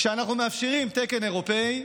כשאנחנו מאפשרים תקן אירופי,